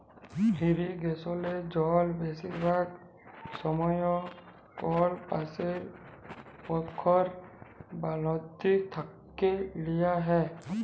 ইরিগেসলে জল বেশিরভাগ সময়ই কল পাশের পখ্ইর বা লদী থ্যাইকে লিয়া হ্যয়